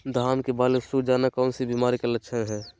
धान की बाली सुख जाना कौन सी बीमारी का लक्षण है?